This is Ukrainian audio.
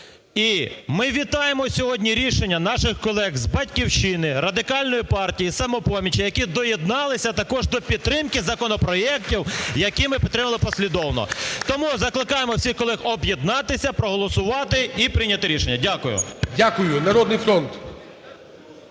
І ми вітаємо сьогодні рішення наших колег з "Батьківщини", Радикальної партії, "Самопомочі", які доєдналися також до підтримки законопроектів, які ми підтримали послідовно. Тому закликаємо всіх колег об'єднатися, проголосувати і прийняти рішення. Дякую. ГОЛОВУЮЧИЙ. дякую. "Народний фронт",